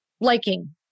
liking